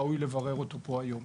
ראוי לברר אותו פה היום.